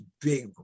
big